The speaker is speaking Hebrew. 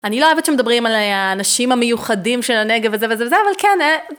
אני לא אוהבת כשמדברים על האנשים המיוחדים של הנגב וזה וזה וזה, אבל כן אה...